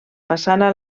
façana